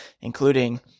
including